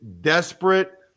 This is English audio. desperate